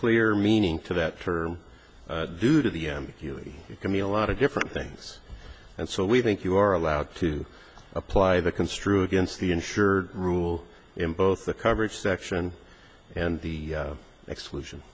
clear meaning to that term due to the m q e you could mean a lot of different things and so we think you are allowed to apply the construe against the insured rule in both the coverage section and the exclusion